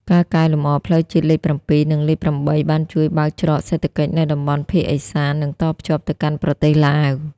ការកែលម្អផ្លូវជាតិលេខ៧ និងលេខ៨ បានជួយបើកច្រកសេដ្ឋកិច្ចនៅតំបន់ភាគឦសាន និងតភ្ជាប់ទៅកាន់ប្រទេសឡាវ។